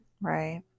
Right